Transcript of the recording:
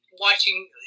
watching